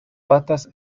patas